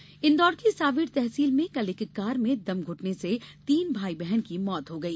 car दुर्घटना इंदौर की सांवेर तहसील में कल एक कार में दम घूटने से तीन भाई बहन की मौत हो गई